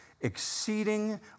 exceeding